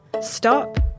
Stop